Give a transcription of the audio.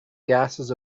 gases